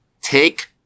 take